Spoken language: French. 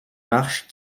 marches